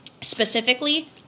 specifically